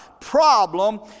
problem